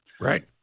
Right